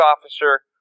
officer